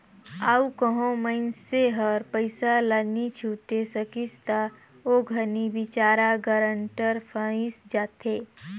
अउ कहों मइनसे हर पइसा ल नी छुटे सकिस ता ओ घनी बिचारा गारंटर फंइस जाथे